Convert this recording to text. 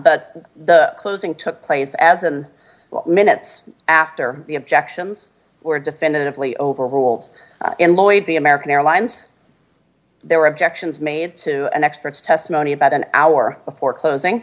closing the closing took place as and minutes after the objections were definitively overrule and lloyd the american airlines there were objections made to an expert's testimony about an hour before closing